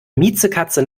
miezekatze